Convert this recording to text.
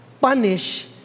punish